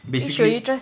basically